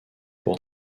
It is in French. pour